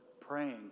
praying